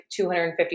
$250